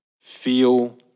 feel